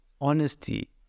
honesty